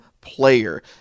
player